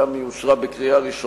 ושם היא אושרה בקריאה ראשונה.